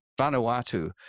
Vanuatu